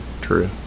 True